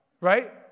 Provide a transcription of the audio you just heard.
right